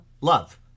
love